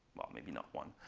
well, maybe not one.